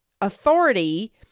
authority